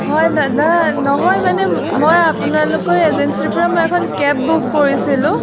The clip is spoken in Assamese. হয় দাদা নহয় মানে মই আপোনালোকৰ এজেঞ্চিৰপৰা মই এখন কেব বুক কৰিছিলোঁ